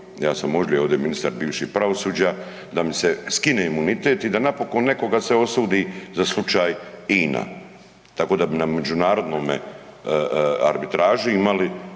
Ja sam molio, evo ovdje je bivši ministar pravosuđa da mi se skine imunitet i da napokon nekoga se osudi za slučaj INA, tako da bi na međunarodnoj arbitraži imali